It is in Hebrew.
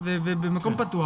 במקום פתוח,